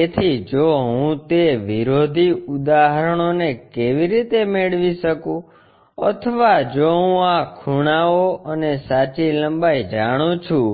તેથી જો હું તે વિરોધી ઉદાહરણોને કેવી રીતે મેળવી શકું અથવા જો હું આ ખૂણાઓ અને સાચી લંબાઈ જાણું છું